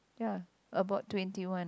ya about twenty one